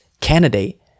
candidate